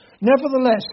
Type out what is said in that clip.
Nevertheless